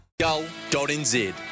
Goal.nz